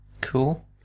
Cool